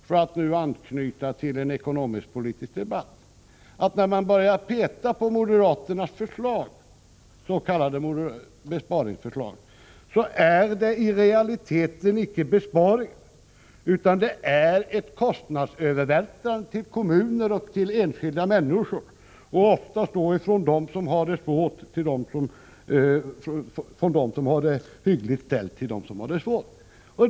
För att nu anknyta till en ekonomisk-politisk debatt upptäcker man tyvärr, Görel Bohlin, när man börjar peta på moderaternas s.k. besparingsförslag att det i realiteten icke är fråga om besparingar, utan om ett kostnadsövervältrande på kommuner och enskilda människor — oftast från dem som har det hyggligt ställt till dem som har det svårt.